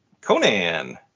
Conan